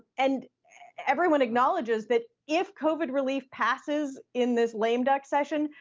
and everyone acknowledges that, if covid relief passes in this lame-duck session,